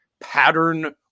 pattern